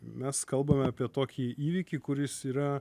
mes kalbame apie tokį įvykį kuris yra